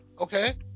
Okay